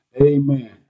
Amen